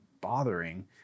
bothering